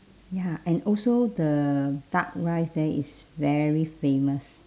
ya and also the duck rice there is very famous